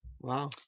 Wow